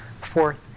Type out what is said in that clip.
fourth